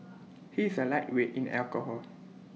he is A lightweight in alcohol